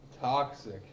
Toxic